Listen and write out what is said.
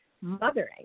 mothering